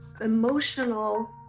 emotional